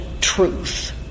truth